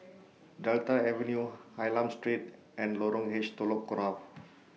Delta Avenue Hylam Street and Lorong H Telok Kurau